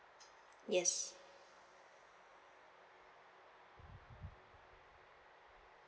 yes